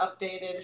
updated